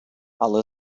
але